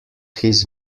his